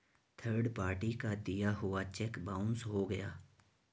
third party का दिया हुआ चेक बाउंस हो गया